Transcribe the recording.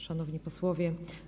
Szanowni Posłowie!